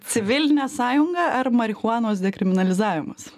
civilinė sąjunga ar marihuanos dekriminalizavimas